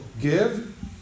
give